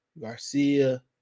garcia